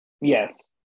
Yes